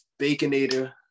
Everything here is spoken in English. baconator